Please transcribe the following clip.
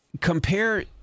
compare